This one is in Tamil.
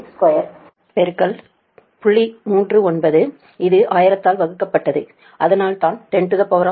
39 இது 1000 ஆல் வகுக்கப்பட்டது அதனால்தான் 10 3